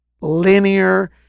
linear